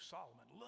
Solomon